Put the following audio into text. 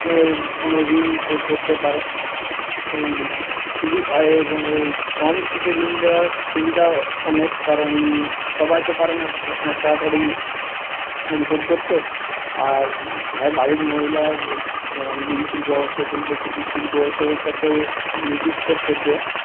ঋণ শোধ করতে পারে এবং এবং এই কম সুদে ঋণ দেওয়ার সুবিধাও অনেক কারণ সবাই তো পারে না অনেক তাড়াতাড়ি ঋণ শোধ করতে আর আর বাড়ির মহিলার যেমন বিড়ি শিল্প হস্ত শিল্প কুটির শিল্প এসবের সাথে নিযুক্ত থেকে